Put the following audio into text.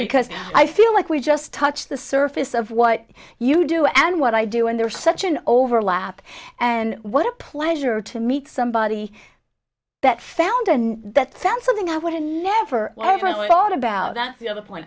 because i feel like we just touched the surface of what you do and what i do and there is such an overlap and what a pleasure to meet somebody that found in that sense something i would have never really thought about that the other point